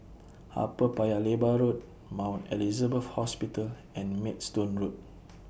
Upper Paya Lebar Road Mount Elizabeth Hospital and Maidstone Road